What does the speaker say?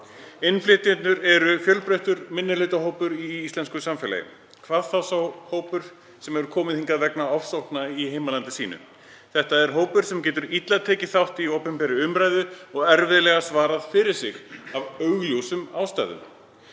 Innflytjendur eru fjölbreyttur minnihlutahópur í íslensku samfélagi, hvað þá hópurinn sem hefur komið hingað vegna ofsókna í heimalandi sínu. Þetta er hópur sem getur illa tekið þátt í opinberri umræðu og á erfitt með að svara fyrir sig af augljósum ástæðum.